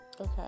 okay